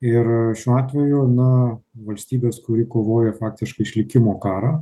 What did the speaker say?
ir šiuo atveju na valstybės kuri kovoja faktiškai išlikimo karą